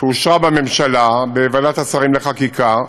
שאושרה בממשלה, בוועדת השרים לחקיקה,